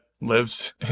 lives